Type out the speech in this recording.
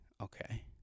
okay